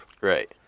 Right